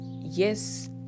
yes